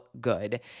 good